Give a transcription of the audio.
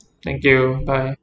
thank you bye